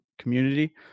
community